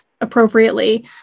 appropriately